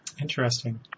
Interesting